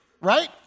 right